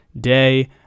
day